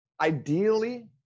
ideally